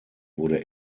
wurde